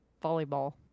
volleyball